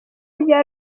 bya